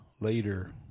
later